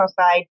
side